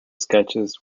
sketches